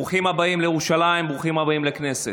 ברוכים הבאים לירושלים, ברוכים הבאים לכנסת.